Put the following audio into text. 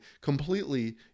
completely